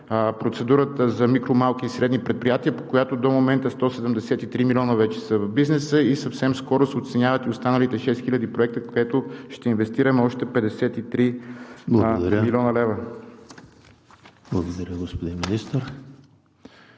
процедурата за микро, малки и средни предприятия, по която до момента 173 милиона вече са в бизнеса и съвсем скоро се оценяват и останалите шест хиляди проекта, където ще инвестираме още 53 млн. лв. ПРЕДСЕДАТЕЛ ЕМИЛ